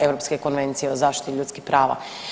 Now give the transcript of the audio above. Europske konvencije o zaštiti ljudskih prava.